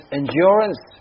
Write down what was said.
endurance